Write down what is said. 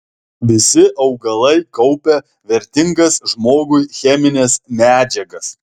visi augalai kaupia vertingas žmogui chemines medžiagas